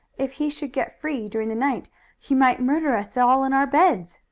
if he should get free during the night he might murder us all in our beds.